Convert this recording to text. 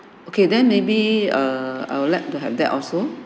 okay then maybe err I would like to have that also